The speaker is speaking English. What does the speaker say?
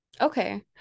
Okay